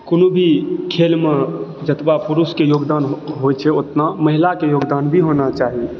कोनो भी खेलमे जतबय पुरुषके योगदान होइ छै ओतना महिलाके योगदान भी होना चाही